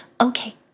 okay